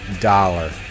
dollar